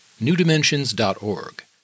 newdimensions.org